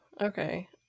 Okay